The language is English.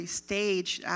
staged